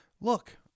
look